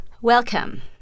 Welcome